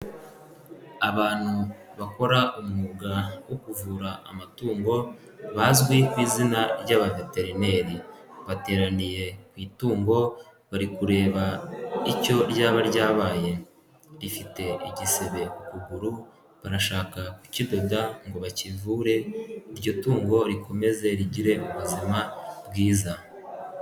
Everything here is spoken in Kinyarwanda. Abantu bakora umwuga wo kuvura amatungo bazwi ku izina ry'abaveterineri, bateraniye ku itungo bari kureba icyo ryaba ryabaye, rifite igisebe ku kuguru, barashaka kukidoda ngo bakivure iryo tungo rikomeze rigire ubuzima bwiza.